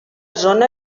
zona